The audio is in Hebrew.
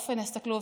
אופן ההסתכלות,